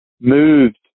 moved